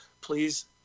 Please